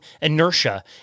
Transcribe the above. inertia